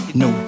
no